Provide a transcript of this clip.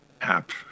app